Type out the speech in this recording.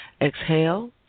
Exhale